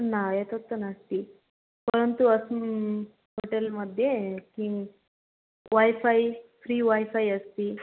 न एतत् तु नास्ति परन्तु अस्मिन् होटेल् मध्ये किं वैफ़ै फ़्री वैफ़ै अस्ति